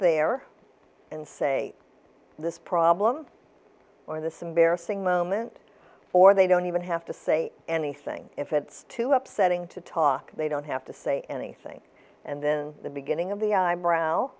there and say this problem or this embarrassing moment for they don't even have to say anything if it's too upsetting to talk they don't have to say anything and then the beginning of the eyebrow